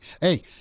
Hey